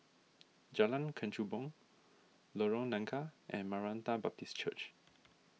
Jalan Kechubong Lorong Nangka and Maranatha Baptist Church